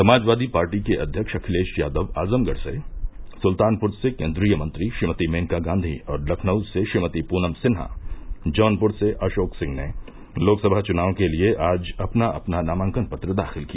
समाजवादी पार्टी के अध्यक्ष अखिलेश यादव आजमगढ़ से सुल्तानपुर से केन्द्रीय मंत्री श्रीमती मेनका गांधी और लखनऊ से श्रीमती पूनम सिन्हा जौनपुर से अशोक सिंह ने लोकसभा चुनाव के लिए आज अपना अपना नामांकन पत्र दाखिल किया